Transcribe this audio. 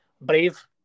brave